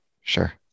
Sure